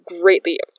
greatly